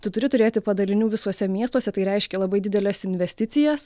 tu turi turėti padarinių visuose miestuose tai reiškia labai dideles investicijas